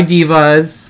Divas